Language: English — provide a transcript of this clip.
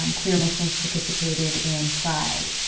um queer muslims participated in pride,